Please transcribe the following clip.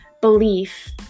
belief